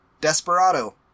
Desperado